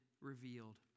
revealed